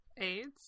AIDS